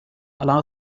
allow